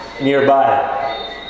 nearby